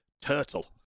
turtle